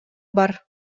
бар